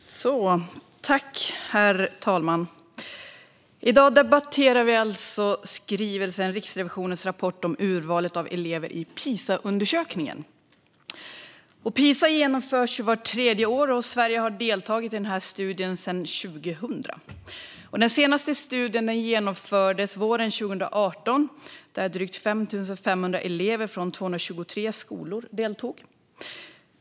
Riksrevisionens rapport om urvalet av elever till Pisa-undersökningen Herr talman! I dag debatterar vi alltså betänkandet Riksrevisionens rapport om urvalet av elever till Pisaundersökningen . Pisa genomförs vart tredje år, och Sverige har deltagit i studien sedan 2000. Den senaste studien genomfördes våren 2018, då drygt 5 500 elever från 223 skolor deltog.